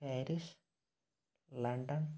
Paris London